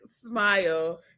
smile